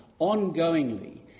ongoingly